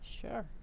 Sure